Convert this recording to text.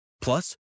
Plus